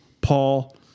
Paul